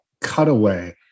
cutaway